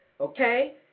okay